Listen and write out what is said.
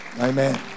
Amen